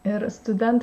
ir studentai